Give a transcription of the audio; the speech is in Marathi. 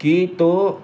की तो